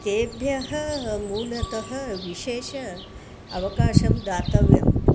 तेभ्यः मूलतः विशेष अवकाशं दातव्यम्